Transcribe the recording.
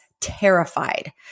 Terrified